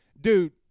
Dude